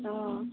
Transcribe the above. অ